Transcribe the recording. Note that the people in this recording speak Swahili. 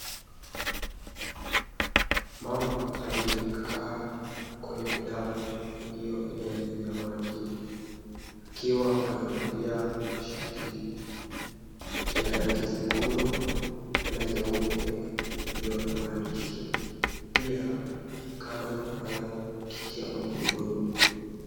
Mama aliyekaa kwenye dau iliyoelea juu ya maji akiwa amevalia shati ya rangi nyekundu na nyeupe iliyo na maandishi. Pia kando kunayo kiti ya magurudumu